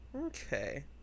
Okay